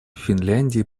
финляндии